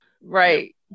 right